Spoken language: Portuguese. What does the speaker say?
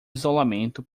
isolamento